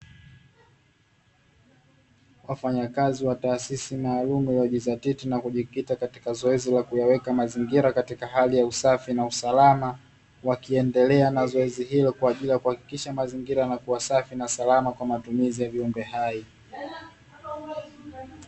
Wafanyakazi wa taasisi maalum iliyojizatiti na kujikita katika zoezi la kuyaweka mazingira katika hali ya usafi na usalama, wakiendelea na zoezi hilo kwa ajili ya kuhakikisha mazingira yanakuwa safi na salama kwa matumizi ya viumbe hai.